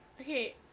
Okay